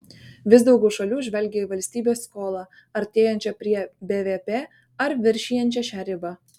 vis daugiau šalių žvelgia į valstybės skolą artėjančią prie bvp ar viršijančią šią ribą